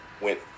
went